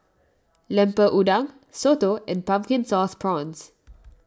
Lemper Udang Soto and Pumpkin Sauce Prawns